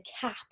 cap